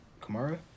Kamara